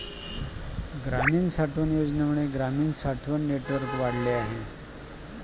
ग्रामीण साठवण योजनेमुळे ग्रामीण साठवण नेटवर्क वाढले आहे